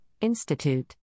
Institute